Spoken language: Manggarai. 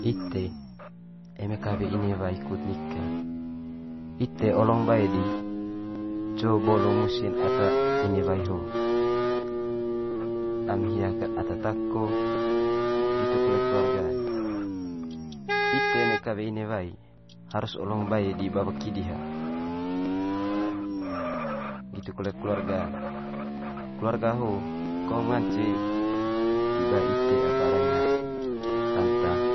ite eme kawe inewai kut nika ite olong bae di co bolo musi'n ata inewai ho am hia ket ata tako nggitu kole keluarga'n. Ite eme kawe inewai harus olong bae di ba weki diha nggitu kole keluarga'n. Keluarga ho kom ngance tiba ite apa adanya, rantang